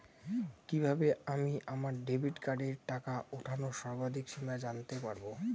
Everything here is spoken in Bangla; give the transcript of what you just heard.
কিভাবে আমি আমার ডেবিট কার্ডের টাকা ওঠানোর সর্বাধিক সীমা জানতে পারব?